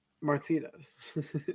Martinez